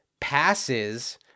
passes